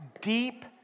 deep